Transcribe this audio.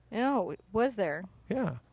you know was there? yeah.